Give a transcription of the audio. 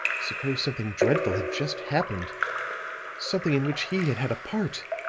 suppose something dreadful had just happened something in which he had had a part!